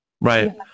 Right